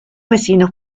vecinos